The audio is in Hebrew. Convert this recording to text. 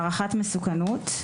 הערכת מסוכנות,